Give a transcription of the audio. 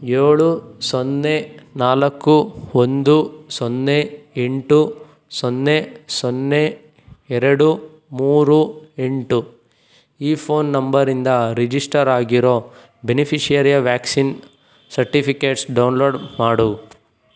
ಏಳು ಸೊನ್ನೆ ನಾಲ್ಕು ಒಂದು ಸೊನ್ನೆ ಎಂಟು ಸೊನ್ನೆ ಸೊನ್ನೆ ಎರಡು ಮೂರು ಎಂಟು ಈ ಫೋನ್ ನಂಬರಿಂದ ರಿಜಿಸ್ಟರ್ ಆಗಿರೋ ಬೆನಿಫಿಷರಿಯ ವ್ಯಾಕ್ಸಿನ್ ಸರ್ಟಿಫಿಕೇಟ್ಸ್ ಡೌನ್ ಲೋಡ್ ಮಾಡು